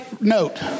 note